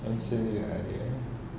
mangsa dia kan